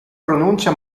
pronuncia